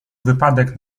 wypadek